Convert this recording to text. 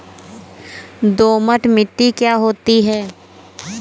दोमट मिट्टी क्या होती हैं?